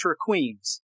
queens